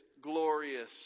glorious